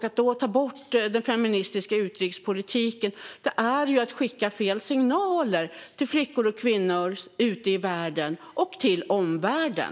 Att ta bort den feministiska utrikespolitiken är att skicka fel signaler till flickor och kvinnor ute i världen och till omvärlden.